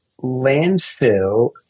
Landfill